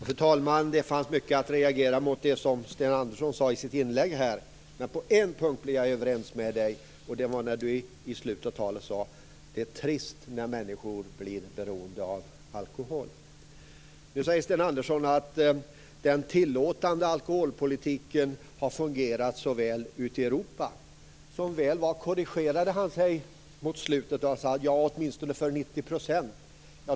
Fru talman! Det fanns mycket att reagera mot i Sten Anderssons inlägg, men på en punkt är jag överens med Sten Andersson, och det gäller hans yttrande i slutet av talet att det är trist när människor blir beroende av alkohol. Sten Andersson sade att den tillåtande alkoholpolitiken har fungerat väl ute i Europa. Som väl var korrigerade han sig mot slutet och sade: ja, åtminstone för 90 %.